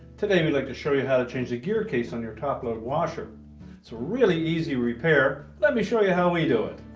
today, we'd like to show you how to change the gearcase on your top load washer. it's a really easy repair. let me show you how we do it.